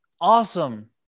Awesome